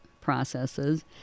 processes